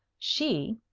she,